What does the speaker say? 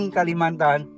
Kalimantan